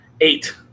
eight